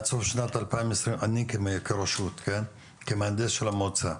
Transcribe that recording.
כרשות כמהנדס של המועצה,